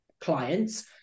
clients